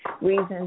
reasons